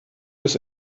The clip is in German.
bis